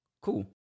Cool